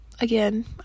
again